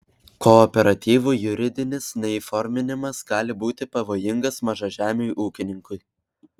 kooperatyvų juridinis neįforminimas gali būti pavojingas mažažemiui ūkininkui